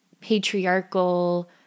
patriarchal